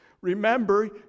remember